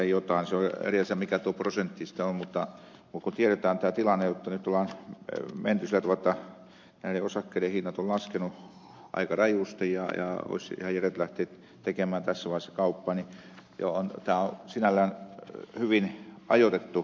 se on eri asia mikä tuo prosentti sitten on mutta kun tiedetään tämä tilanne jotta nyt on menty sillä tavalla jotta osakkeiden hinnat ovat laskeneet aika rajusti ja olisi ihan järjetöntä lähteä tekemään tässä vaiheessa kauppaa niin tämä on sinällään hyvin ajoitettu ratkaisu